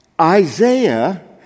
Isaiah